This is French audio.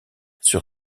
sur